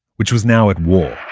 which was now at war